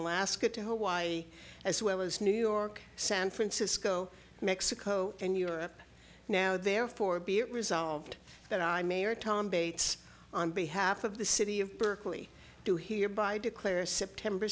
alaska to hawaii as well as new york san francisco mexico and europe now therefore be it resolved that i mayor tom bates on behalf of the city of berkeley do hereby declare september